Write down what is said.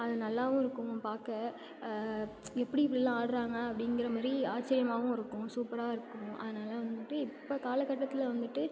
அது நல்லாவும் இருக்கும் பார்க்க எப்படி இப்படிலாம் ஆடுறாங்க அப்படிங்கிற மாதிரி ஆச்சிரியமாகவும் இருக்கும் சூப்பராகவும் இருக்கும் அதனால் வந்துவிட்டு இப்போ காலகட்டத்தில் வந்துவிட்டு